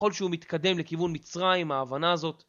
כלשהו מתקדם לכיוון מצרים, ההבנה הזאת